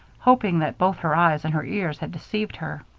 hoping that both her eyes and her ears had deceived her.